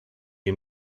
inn